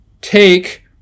take